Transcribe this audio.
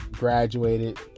Graduated